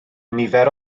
nifer